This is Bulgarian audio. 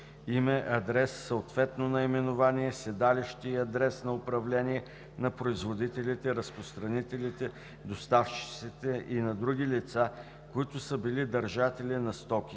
име, адрес, съответно наименование, седалище и адрес на управление на производителите, разпространителите, доставчиците и на други лица, които са били държатели на стоките